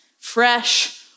fresh